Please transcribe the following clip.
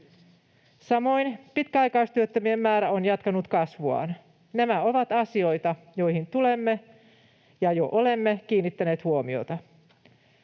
Samoin pitkäaikaistyöttömien määrä on jatkanut kasvuaan. Nämä ovat asioita, joihin tulemme kiinnittämään ja olemme jo kiinnittäneet huomiota.